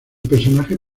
personaje